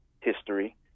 history